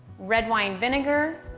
red wine vinegar,